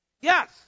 Yes